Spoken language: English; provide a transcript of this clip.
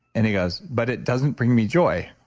and he goes, but it doesn't bring me joy.